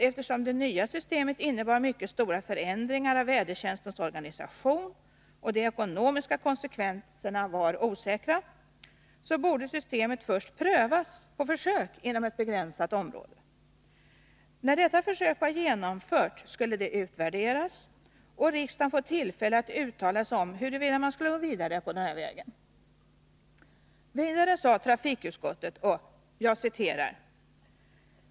Eftersom det nya systemet innebar mycket stora förändringar av vädertjänstens organisation och de ekonomiska konsekvenserna var osäkra, borde systemet, enligt trafikutskottets mening, först prövas på försök inom ett begränsat område. När detta försök var genomfört skulle det utvärderas och riksdagen få tillfälle att uttala sig om huruvida man skulle gå vidare på den vägen.